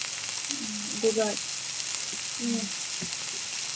ꯎꯝ ꯑꯗꯨꯒ ꯎꯝ